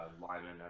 lineman